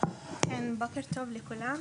בוקר טוב לכולם,